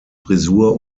frisur